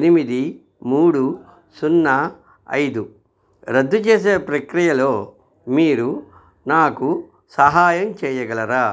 ఎనిమిది మూడు సున్నా ఐదు రద్దు చేసే ప్రక్రియలో మీరు నాకు సహాయం చెయ్యగలరా